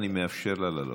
אני מאפשר לה לעלות.